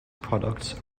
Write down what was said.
products